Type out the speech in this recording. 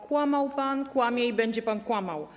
Kłamał pan, kłamie i będzie pan kłamał.